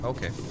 Okay